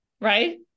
right